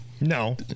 No